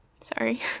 Sorry